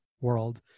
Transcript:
world